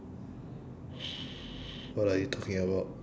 what are you talking about